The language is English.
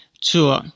tour